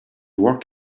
work